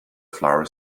flower